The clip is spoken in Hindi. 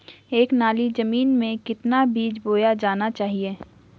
एक नाली जमीन में कितना बीज बोया जाना चाहिए?